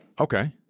Okay